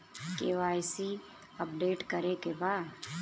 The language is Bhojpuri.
के.वाइ.सी अपडेट करे के बा?